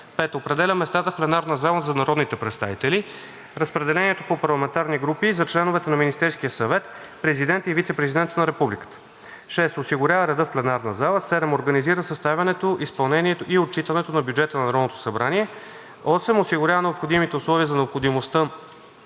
5. определя местата в пленарната зала за народните представители, разпределени по парламентарни групи, за членовете на Министерския съвет, Президента и Вицепрезидента на Републиката; 6. осигурява реда в пленарната зала; 7. организира съставянето, изпълнението и отчитането на бюджета на Народното събрание; 8. осигурява необходимите условия за дейността